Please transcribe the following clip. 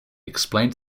explained